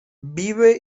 vive